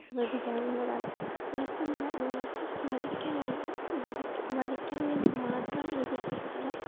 ശ്രദ്ധിക്കാവുന്നതാണ് മാത്രമല്ല നിങ്ങൾക്ക് വരയ്ക്കാൻ ഒരു വരയ്ക്കാൻ വേണ്ടി മാത്രം ഒരു പുസ്തകം